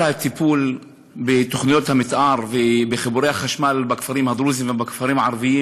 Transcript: הטיפול בתוכניות המתאר ובחיבורי החשמל בכפרים הדרוזיים ובכפרים הערביים